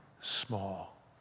small